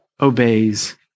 obeys